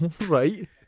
right